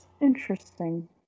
Interesting